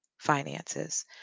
finances